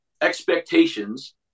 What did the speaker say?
expectations